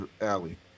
alley